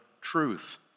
truth